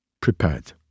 prepared